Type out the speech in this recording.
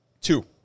Two